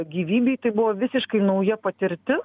gyvybei tai buvo visiškai nauja patirtis